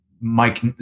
mike